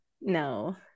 no